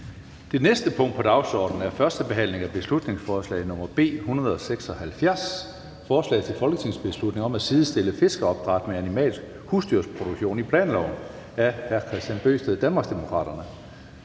Det næste punkt på dagsordenen er: 10) 1. behandling af beslutningsforslag nr. B 176: Forslag til folketingsbeslutning om at sidestille fiskeopdræt med animalsk husdyrproduktion i planloven. Af Kristian Bøgsted (DD) m.fl.